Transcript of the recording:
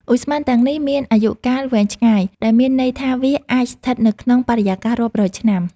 ឧស្ម័នទាំងនេះមានអាយុកាលវែងឆ្ងាយ ដែលមានន័យថាវាអាចស្ថិតនៅក្នុងបរិយាកាសរាប់រយឆ្នាំ។